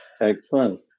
Excellent